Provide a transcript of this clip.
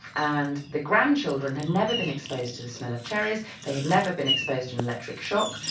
and the grandchildren had never been exposed to the smell of cherries, they had never been exposed to an electric shock,